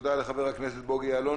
תודה לחבר הכנסת בוגי יעלון.